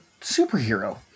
superhero